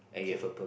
okay